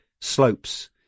slopes